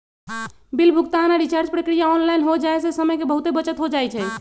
bill भुगतान आऽ recharge प्रक्रिया ऑनलाइन हो जाय से समय के बहुते बचत हो जाइ छइ